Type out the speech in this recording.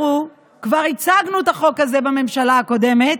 אנחנו כבר הצגנו את החוק הזה בממשלה הקודמת,